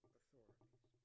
authorities